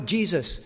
Jesus